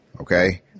okay